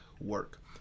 work